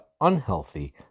unhealthy